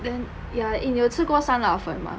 then ya eh 你有吃过酸辣粉 mah